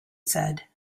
said